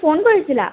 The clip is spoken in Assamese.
ফোন কৰিছিলা